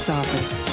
office